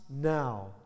now